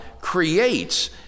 creates